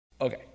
Okay